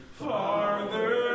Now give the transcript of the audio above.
farther